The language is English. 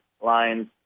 lines